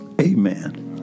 Amen